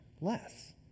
less